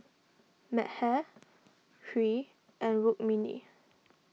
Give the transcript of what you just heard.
Medha Hri and Rukmini